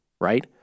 right